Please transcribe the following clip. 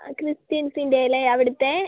അ ക്രിസ്ത്യൻസിൻ്റെലേ അവിടത്തെ